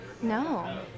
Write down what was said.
No